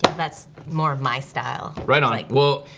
that's more of my style. right on, well,